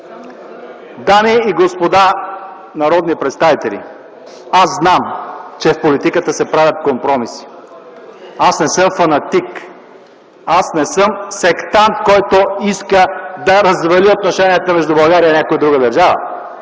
Дами и господа народни представители, аз знам, че в политиката се правят компромиси. Аз не съм фанатик, аз не съм сектант, който иска да развали отношенията между България и някоя друга държава,